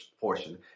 portion